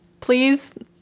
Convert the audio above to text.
please